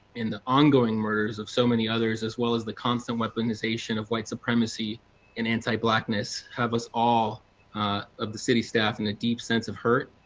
in the ongoing murders of so many others as well as the constant weaponization of white supremacy and anti-blackness have us all of the city staff and a deep sense of hurt,